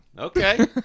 Okay